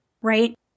right